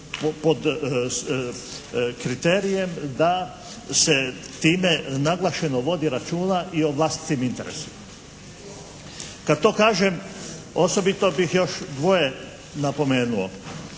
pod kriterijem da se time naglašeno vodi računa i o vlastitim interesima. Kada to kažem osobito bih još dvoje napomenuo.